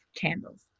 candles